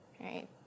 right